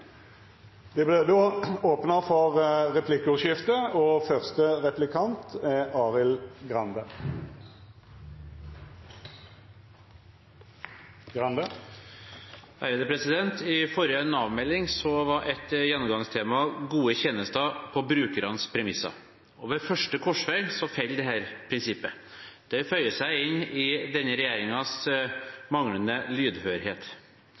Det vert replikkordskifte. I forrige Nav-melding var et gjennomgangstema gode tjenester på brukernes premisser, og ved første korsvei faller dette prinsippet. Det føyer seg inn i denne regjeringens manglende lydhørhet.